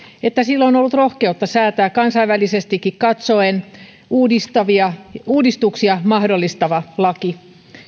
että sillä on ollut rohkeutta säätää kansainvälisestikin katsoen uudistuksia uudistuksia mahdollistava laki